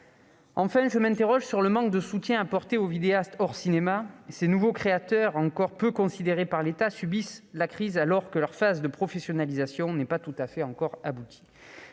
Je m'interroge sur le manque de soutien apporté aux vidéastes hors cinéma. Ces nouveaux créateurs, encore peu considérés par l'État, subissent la crise, alors que leur phase de professionnalisation n'est pas tout à fait aboutie.